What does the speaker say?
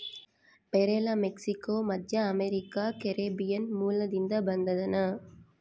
ಪೇರಲ ಮೆಕ್ಸಿಕೋ, ಮಧ್ಯಅಮೇರಿಕಾ, ಕೆರೀಬಿಯನ್ ಮೂಲದಿಂದ ಬಂದದನಾ